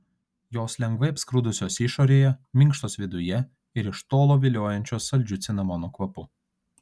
jos lengvai apskrudusios išorėje minkštos viduje ir iš tolo viliojančios saldžiu cinamono kvapu